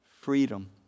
freedom